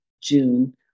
June